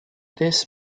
this